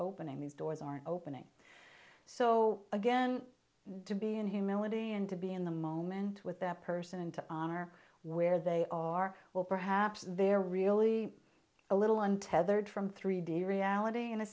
opening these doors are opening so again to be in humility and to be in the moment with that person and to honor where they are well perhaps they're really a little untethered from three d reality in a